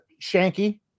Shanky